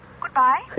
Goodbye